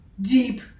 deep